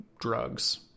drugs